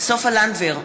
סופה לנדבר,